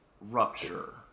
rupture